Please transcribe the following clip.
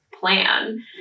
plan